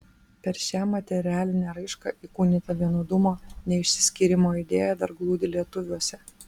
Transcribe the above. per šią materialinę raišką įkūnyta vienodumo neišsiskyrimo idėja dar glūdi lietuviuose